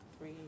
Three